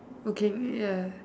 okay ya